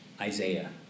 Isaiah